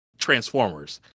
Transformers